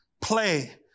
play